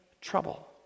trouble